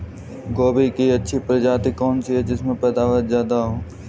गोभी की अच्छी प्रजाति कौन सी है जिससे पैदावार ज्यादा हो?